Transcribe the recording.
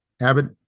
Abbott